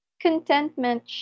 contentment